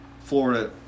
Florida